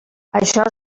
això